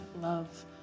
love